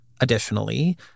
Additionally